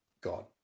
God